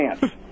chance